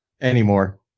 anymore